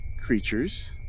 creatures